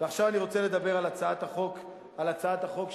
ועכשיו אני רוצה לדבר על הצעת החוק שלי